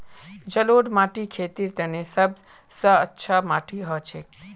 जलौढ़ माटी खेतीर तने सब स अच्छा माटी हछेक